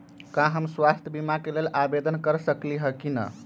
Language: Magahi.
का हम स्वास्थ्य बीमा के लेल आवेदन कर सकली ह की न?